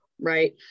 right